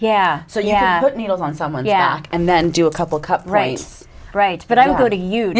yeah so yeah needles on someone yeah and then do a couple cups ranged right but i don't go to you